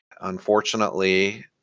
Unfortunately